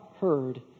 heard